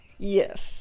yes